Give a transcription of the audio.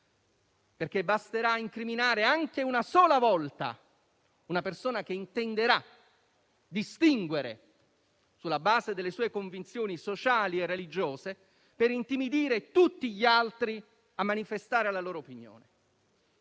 perché basterà incriminare anche una sola volta una persona che intenderà distinguere sulla base delle sue convinzioni sociali e religiose, per intimidire tutti gli altri a manifestare la loro opinione.